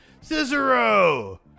Cicero